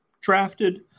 drafted